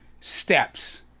steps